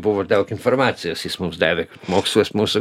buvo daug informacijos jis mums davė mokslas mūsų